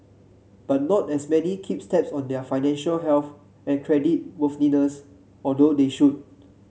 but not as many keep tabs on their financial health and creditworthiness although they should